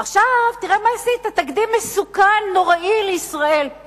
עכשיו, תראה מה עשית, תקדים מסוכן, נוראי לישראל.